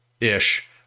ish